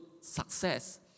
success